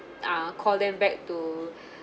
uh call them back to